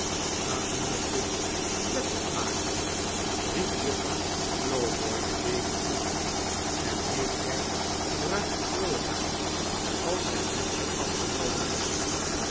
gaat moedertje een bed opmaken riep juffer slowboy de baby toe en heeft hij bruin krulhaar als zijn mutsje afgenomen is